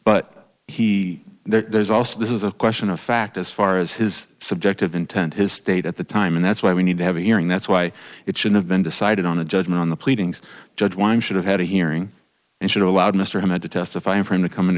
but he there's also this is a question of fact as far as his subjective intent his state at the time and that's why we need to have a hearing that's why it should have been decided on a judgment on the pleadings judge why should have had a hearing and should allowed mr ahmed to testify in front of coming